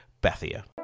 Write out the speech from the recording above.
Bethia